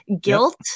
Guilt